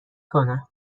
کنم